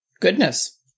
Goodness